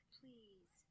please